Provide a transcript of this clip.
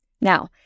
Now